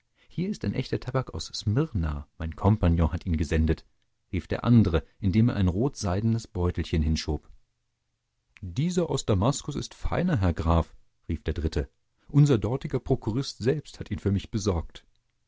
hier ist echter tabak aus smyrna mein kompagnon hat ihn gesendet rief der andere indem er ein rotseidenes beutelchen hinschob dieser aus damaskus ist feiner herr graf rief der dritte unser dortiger prokurist selbst hat ihn für mich besorgt